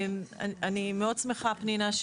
פנינה,